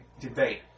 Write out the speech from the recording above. debate